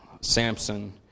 Samson